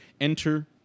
Enter